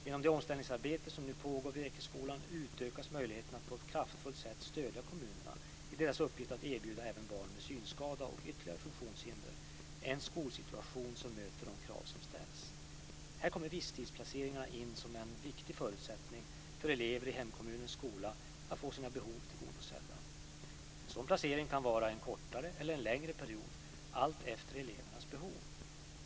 Genom det omställningsarbete som nu pågår vid Ekeskolan utökas möjligheten att på ett kraftfullt sätt stödja kommunerna i deras uppgift att erbjuda även barn med synskada och ytterligare funktionshinder en skolsituation som möter de krav som ställs. Här kommer visstidsplaceringarna in som en viktig förutsättning för att elever i hemkommunens skola ska få sina behov tillgodosedda. En sådan placering kan vara en kortare eller en längre period, alltefter elevernas behov.